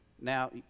Now